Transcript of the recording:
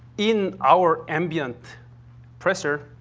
in our ambient pressure,